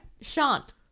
shant